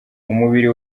umubiri